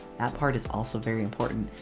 that part is also very important.